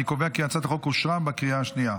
אני קובע כי הצעת החוק אושרה בקריאה השנייה.